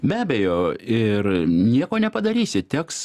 be abejo ir nieko nepadarysi teks